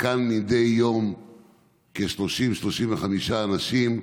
כאן מדי יום 30 35 אנשים,